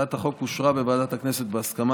הצעת החוק אושרה בוועדת הכנסת בהסכמה